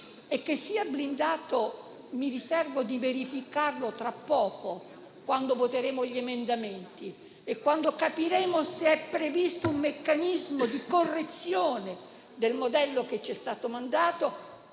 in forma blindata, come mi riservo di verificare tra poco, quando voteremo gli emendamenti e capiremo così se è previsto un meccanismo di correzione del modello che ci è stato trasmesso,